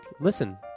listen